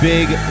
big